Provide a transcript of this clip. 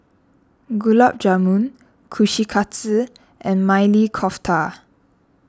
Gulab Jamun Kushikatsu and Maili Kofta